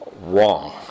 wrong